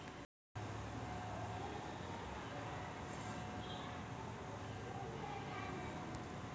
मले बचत खातं चालू ठेवासाठी माया खात्यात कितीक पैसे ठेवण जरुरीच हाय?